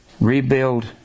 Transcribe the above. rebuild